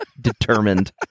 determined